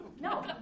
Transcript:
No